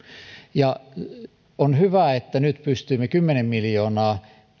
on hyvä että nyt pystymme satsaamaan vielä kymmenen miljoonaa